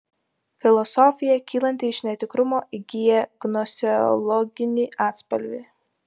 filosofija kylanti iš netikrumo įgyja gnoseologinį atspalvį